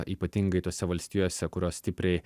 ypatingai tose valstijose kurios stipriai